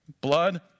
blood